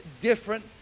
different